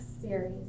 series